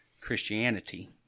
Christianity